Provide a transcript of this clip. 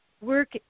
work